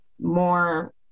more